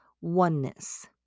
Oneness